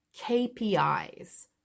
KPIs